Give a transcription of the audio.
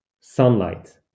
sunlight